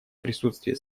присутствие